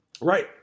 Right